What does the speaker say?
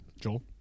Joel